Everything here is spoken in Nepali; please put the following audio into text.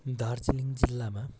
दार्जिलिङ जिल्लामा